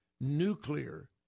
nuclear